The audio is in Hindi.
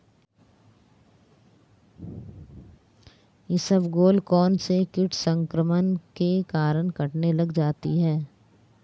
इसबगोल कौनसे कीट संक्रमण के कारण कटने लग जाती है?